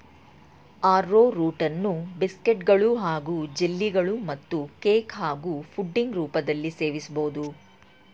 ಆರ್ರೋರೂಟನ್ನು ಬಿಸ್ಕೆಟ್ಗಳು ಹಾಗೂ ಜೆಲ್ಲಿಗಳು ಮತ್ತು ಕೇಕ್ ಹಾಗೂ ಪುಡಿಂಗ್ ರೂಪದಲ್ಲೀ ಸೇವಿಸ್ಬೋದು